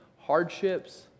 hardships